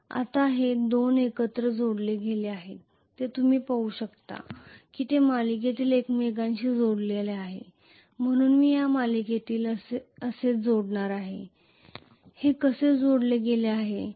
आता हे २ एकत्र जोडले गेले आहेत हे तुम्ही पाहु शकता की ते मालिकेत एकमेकांशी जोडलेले आहेत म्हणून मी या मालिकेत असेच जोडणार आहे हे कसे जोडले गेले आहे